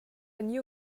new